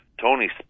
Tony